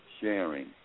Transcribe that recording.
sharing